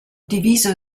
diviso